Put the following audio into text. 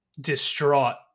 distraught